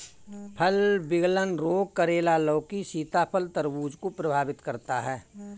फल विगलन रोग करेला, लौकी, सीताफल, तरबूज को प्रभावित करता है